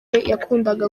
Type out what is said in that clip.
yakundaga